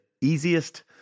easiest